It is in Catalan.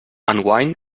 enguany